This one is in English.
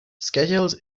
schedules